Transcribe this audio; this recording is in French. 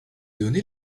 donné